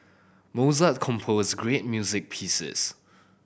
Mozart composed great music pieces